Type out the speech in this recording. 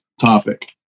topic